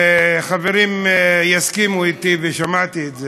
וחברים יסכימו אתי, ושמעתי את זה.